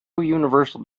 universal